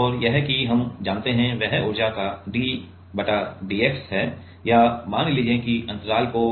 और यह कि हम जानते हैं वह ऊर्जा का ddx है या मान लीजिए कि अंतराल को